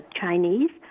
Chinese